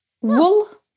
Wool